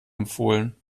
empfohlen